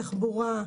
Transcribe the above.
תחבורה,